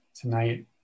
tonight